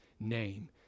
name